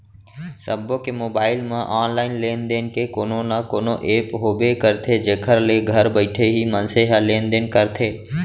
सबो के मोबाइल म ऑनलाइन लेन देन के कोनो न कोनो ऐप होबे करथे जेखर ले घर बइठे ही मनसे ह लेन देन करथे